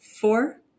four